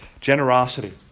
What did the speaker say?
generosity